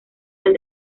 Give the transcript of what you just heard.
tal